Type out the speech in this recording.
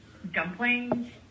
dumplings